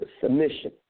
submission